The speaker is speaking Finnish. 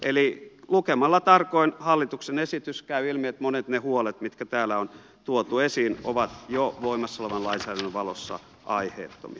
eli lukemalla tarkoin hallituksen esityksen käy ilmi että monet ne huolet mitkä täällä on tuotu esiin ovat jo voimassa olevan lainsäädännön valossa aiheettomia